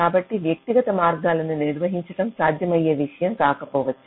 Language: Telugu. కాబట్టి వ్యక్తిగత మార్గాలను నిర్వహించడం సాధ్యమయ్యే విషయం కాకపోవచ్చు